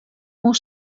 more